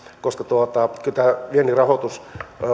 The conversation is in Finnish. koska kyllä tämä viennin rahoitus